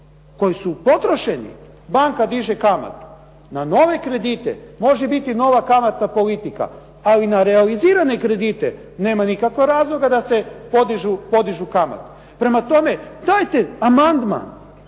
koji su potrošeni, banka diže kamatu, na nove kredite. Može biti nova kamatna politika. Ali na realizirane kredite, nema nikakvog razloga da se podižu kamate. Prema tome, dajte amandman